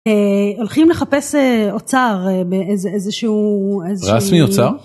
הולכים לחפש אוצר באיזה איזשהו איזשהו. רסמי אוצר?